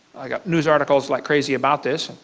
i have news articles like crazy about this.